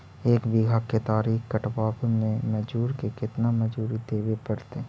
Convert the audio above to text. एक बिघा केतारी कटबाबे में मजुर के केतना मजुरि देबे पड़तै?